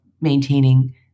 maintaining